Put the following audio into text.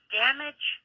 damage